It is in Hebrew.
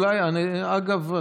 אגב,